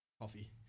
Coffee